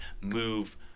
move